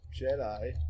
Jedi